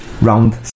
round